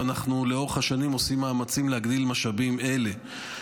ולאורך השנים אנחנו עושים מאמצים להגדיל משאבים אלו.